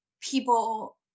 people